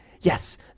Yes